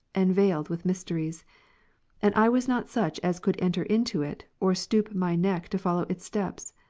and veiled with mysteries and i was not such as could enter into it, or stoop my neck to follow its steps.